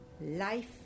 Life